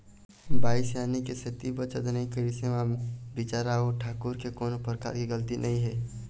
बाई सियानी के सेती बचत नइ करिस ऐमा बिचारा ओ ठाकूर के कोनो परकार के गलती नइ हे